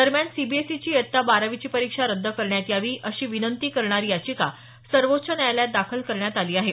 दरम्यान सीबीएसईची इयत्ता बारावीची परीक्षा रद्द करण्यात यावी अशी विनंती करणारी याचिका सर्वोच्च न्यायालयात दाखल करण्यात आली आहे